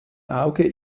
auge